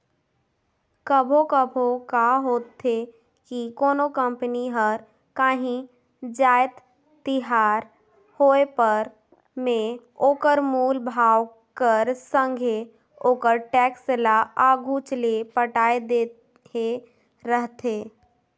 कभों कभों का होथे कि कोनो कंपनी हर कांही जाएत तियार होय पर में ओकर मूल भाव कर संघे ओकर टेक्स ल आघुच ले पटाए देहे रहथे